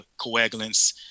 coagulants